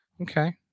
Okay